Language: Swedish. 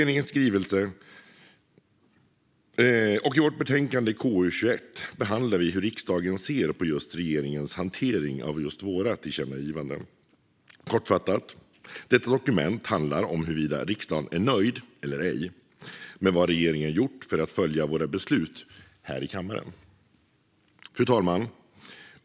I vårt betänkande, KU21, behandlar vi hur riksdagen ser på just regeringens hantering av våra tillkännagivanden. Kortfattat: Detta dokument handlar om huruvida riksdagen är nöjd eller ej med vad regeringen gjort för att följa våra beslut här i kammaren. Fru talman!